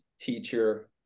teacher